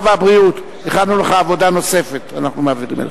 אין מתנגדים,